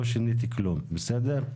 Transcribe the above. לא שיניתי כלום, בסדר?